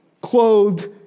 clothed